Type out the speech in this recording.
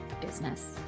business